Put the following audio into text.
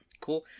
Cool